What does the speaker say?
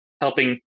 helping